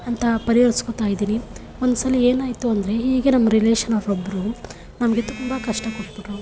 ಅಂತ ಪರಿಹರಿಸ್ಕೊತಾಯಿದೀನಿ ಒಂದ್ಸಲ ಏನಾಯಿತು ಅಂದರೆ ಹೀಗೆ ನಮ್ಮ ರಿಲೇಷನವ್ರೊಬ್ಬರು ನಮಗೆ ತುಂಬ ಕಷ್ಟ ಕೊಟ್ಬಿಟ್ಟರು